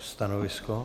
Stanovisko?